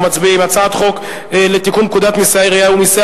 אנחנו מצביעים על הצעת חוק לתיקון פקודת מסי העירייה ומסי